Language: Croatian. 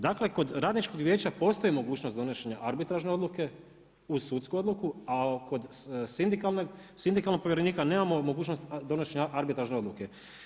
Dakle, kod Radničkog vijeća postoji mogućnost donošenja arbitražne odluke uz sudsku odluku, a kod sindikalnog povjerenika nemamo mogućnost donošenja arbitražne odluke.